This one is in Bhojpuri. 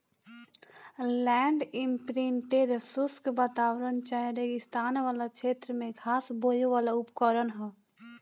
लैंड इम्प्रिंटेर शुष्क वातावरण चाहे रेगिस्तान वाला क्षेत्र में घास बोवेवाला उपकरण ह